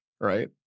Right